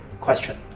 question